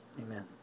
Amen